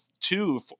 two